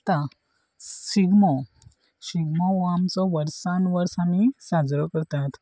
आतां शिगमो शिगमो हो आमचो वर्सान वर्स आमी साजरो करतात